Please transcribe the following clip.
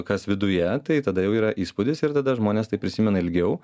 kas viduje tai tada jau yra įspūdis ir tada žmonės tai prisimena ilgiau